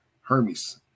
Hermes